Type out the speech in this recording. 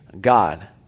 God